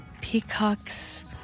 Peacock's